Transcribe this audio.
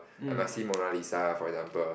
I must see Mona Lisa for example